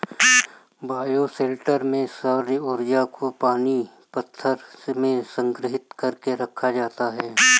bioshelter में सौर्य ऊर्जा को पानी पत्थर में संग्रहित कर के रखा जाता है